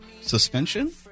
suspension